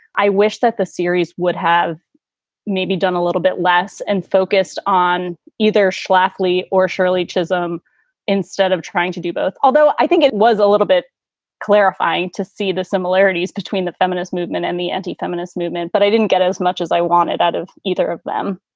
i wish that the series would have maybe done a little bit less and focused on either schlafly or shirley chisholm instead of trying to do both. although i think it was a little bit clarifying to see the similarities between the feminist movement and the anti feminist movement. but i didn't get as much as i wanted out of either of them.